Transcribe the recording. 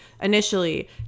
initially